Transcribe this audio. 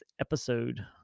episode